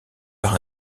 par